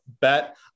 bet